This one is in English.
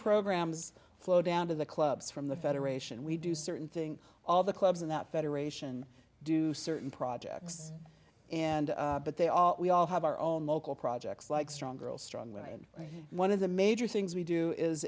programs flow down to the clubs from the federation we do certain thing all the clubs in that federation do certain projects and but they all we all have our own local projects like strong girl strong women and one of the major things we do is